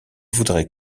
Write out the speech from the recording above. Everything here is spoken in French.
voudrait